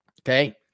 Okay